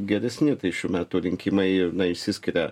geresni tai šių metu rinkimai išsiskiria